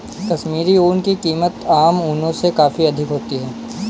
कश्मीरी ऊन की कीमत आम ऊनों से काफी अधिक होती है